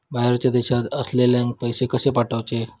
बाहेरच्या देशात असलेल्याक पैसे कसे पाठवचे?